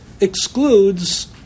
excludes